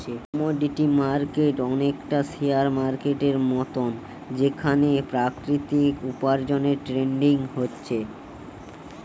commodity market অনেকটা share মার্কেটের মতন যেখানে প্রাকৃতিক উপার্জনের ট্রেডিং হচ্ছে